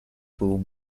pooh